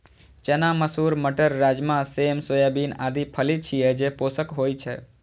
चना, मसूर, मटर, राजमा, सेम, सोयाबीन आदि फली छियै, जे पोषक होइ छै